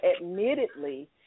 admittedly